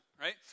Right